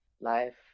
life